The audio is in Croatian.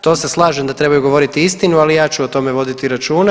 To se slažem da trebaju govoriti istinu, ali ja ću o tome voditi računa.